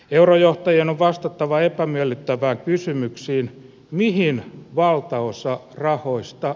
eurojohtajien vastattava epämiellyttävää kysymykseen mihin valtaosa rahoista